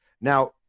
Now